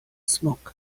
smoke